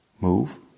move